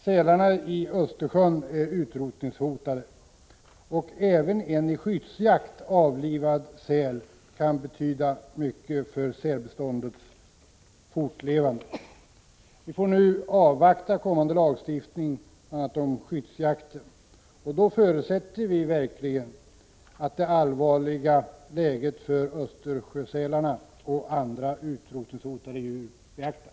Sälarna i Östersjön är utrotningshotade, och även en i skyddsjakt avlivad säl kan betyda mycket när det gäller sälbeståndets fortlevnad. Vi får nu avvakta kommande lagstiftning bl.a. om skyddsjakt, och då förutsätter vi verkligen att det allvarliga läget för Östersjösälarna och andra utrotningshotade djur beaktas.